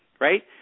Right